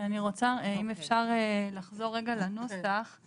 אני רוצה אם אפשר לחזור רגע לנוסח.